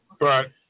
Right